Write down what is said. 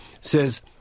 says